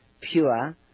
pure